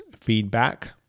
feedback